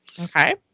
Okay